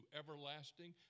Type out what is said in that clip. everlasting